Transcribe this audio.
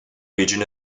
region